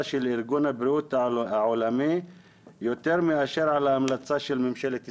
של ארגון הבריאות העולמי יותר מאשר על ההמלצה של ממשלת ישראל.